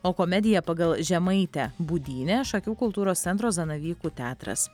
o komedija pagal žemaitę budynė šakių kultūros centro zanavykų teatras